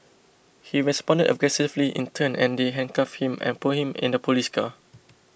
he responded aggressively in turn and they handcuffed him and put him in the police car